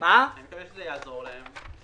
אני מקווה שזה יעזור להם.